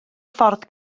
ffordd